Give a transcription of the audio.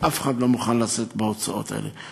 ואף אחד לא מוכן לשאת בהוצאות האלה.